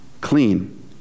clean